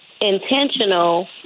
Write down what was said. intentional